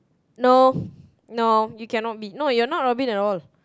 no no you cannot beat no you're not Robin at all